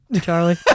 Charlie